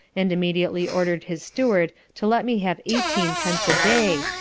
and immediately ordered his steward to let me have eighteen pence a day,